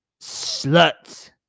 sluts